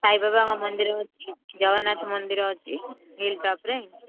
ସାଇବାବାଙ୍କ ମନ୍ଦିର ଅଛି ଜଗନ୍ନାଥ ମନ୍ଦିର ଅଛି ହିଲ୍ ଟପ୍ରେ